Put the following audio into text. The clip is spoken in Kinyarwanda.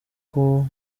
ngo